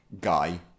guy